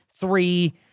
three